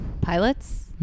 pilots